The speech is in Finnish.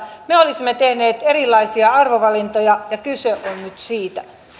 me olisimme tehneet erilaisia arvovalintoja ja kyse on nyt siitä